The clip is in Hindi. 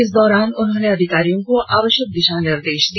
इस दौरान उन्होंने अधिकारियों को आवष्यक दिषा निर्देष दिया